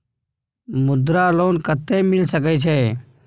मुद्रा लोन कत्ते मिल सके छै?